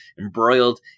embroiled